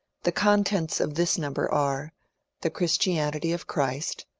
the contents of this number are the christianity of christ,